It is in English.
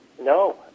No